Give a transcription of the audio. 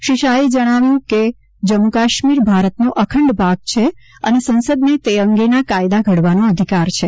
શ્રી શાહે જણાવ્યું કે જમ્મુકાશ્મીર ભારતનો અખંડ ભાગ છે અને સંસદને તે અંગેના કાયદા ઘડવાનો અધિકાર છે